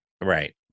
right